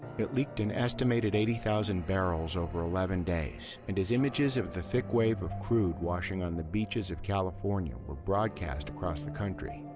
it leaked an estimated eighty thousand barrels over eleven days and as images of the thick wave of crude washing on the beaches of california were broadcast across the country,